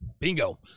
Bingo